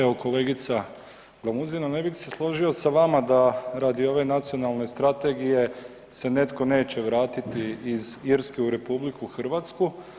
Evo kolegica Glamuzina, ne bih se složio sa vama da radi ove nacionalne strategije se netko neće vratiti iz Irske u RH.